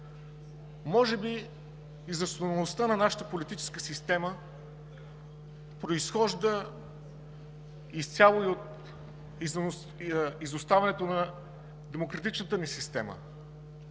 Може би изостаналостта на нашата политическа система произхожда изцяло от изоставането на демократичната ни система.